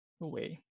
away